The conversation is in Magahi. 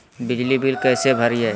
बिजली बिल कैसे भरिए?